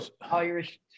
Irish